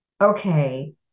okay